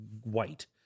white